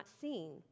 seen